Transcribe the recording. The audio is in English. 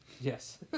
Yes